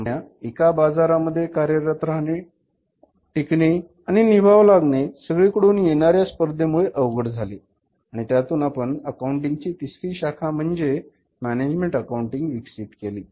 कंपन्यांना एका बाजारामध्ये कार्यरत राहणे टिकणे आणि निभाव लागणे सगळी कडून येणाऱ्या स्पर्धेमुळे अवघड झाले आणि त्यातून आपण अकाउंटिंग ची तिसरी शाखा म्हणजेच मॅनेजमेंट अकाऊंटिंग विकसित केली